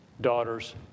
daughter's